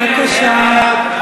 בבקשה.